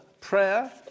prayer